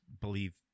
believe